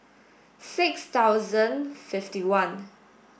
six thousand fifty one